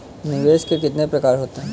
निवेश के कितने प्रकार होते हैं?